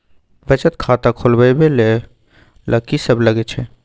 बचत खाता खोलवैबे ले ल की सब लगे छै?